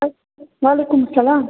وعلیکُم السلام